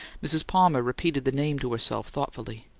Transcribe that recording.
mrs. palmer repeated the name to herself thoughtfully.